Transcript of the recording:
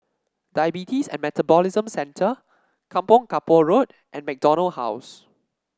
Diabetes and Metabolism Centre Kampong Kapor Road and MacDonald House